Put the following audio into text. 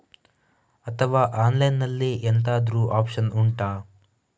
ಅಥವಾ ಆನ್ಲೈನ್ ಅಲ್ಲಿ ಎಂತಾದ್ರೂ ಒಪ್ಶನ್ ಉಂಟಾ